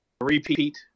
repeat